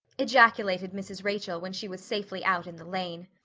ejaculated mrs. rachel when she was safely out in the lane.